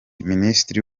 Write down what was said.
minisitiri